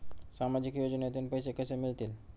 सामाजिक योजनेतून पैसे कसे मिळतील?